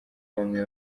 bamwe